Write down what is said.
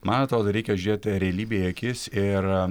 man atrodo reikia žėt realybei į akis ir